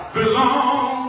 belong